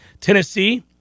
Tennessee